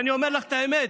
אני אומר לך את האמת,